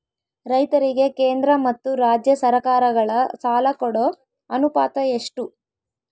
ರೈತರಿಗೆ ಕೇಂದ್ರ ಮತ್ತು ರಾಜ್ಯ ಸರಕಾರಗಳ ಸಾಲ ಕೊಡೋ ಅನುಪಾತ ಎಷ್ಟು?